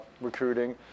recruiting